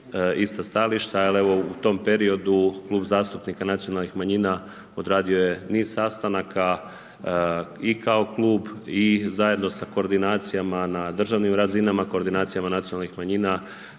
ista stajališta. Ali, evo u tom periodu Klub zastupnika nacionalnim manjina odradio je niz sastanaka i kao klub i zajedno sa koordinacijama na državnim razinama, koordinacijama nacionalnih manjina